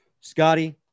Scotty